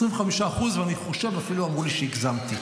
25% ואני חושב אפילו אמרו לי שהגזמתי.